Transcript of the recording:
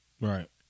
Right